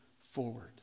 forward